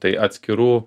tai atskirų